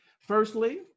Firstly